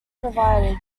provided